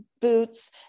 boots